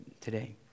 today